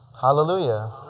Hallelujah